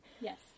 Yes